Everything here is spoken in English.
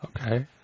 Okay